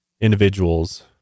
individuals